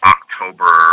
October